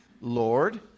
Lord